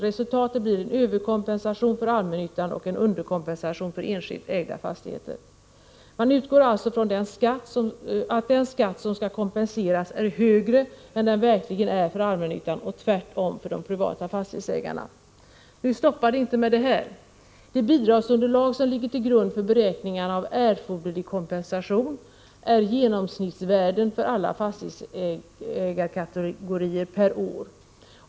Resultatet blir en överkompensation för allmännyttan och en underkompensation för enskilt ägda fastigheter. Utgångspunkten är alltså att den skatt som skall kompenseras är högre än den egentligen är för allmännyttan och tvärtom för de privata fastighetsägarna. Nu stoppar det inte med detta. De bidragsunderlag som ligger till grund för beräkningarna av ”erforderlig kompensation” är genomsnittsvärden för alla fastighetsägarkategorier .